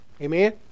Amen